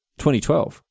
2012